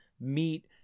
meat